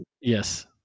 Yes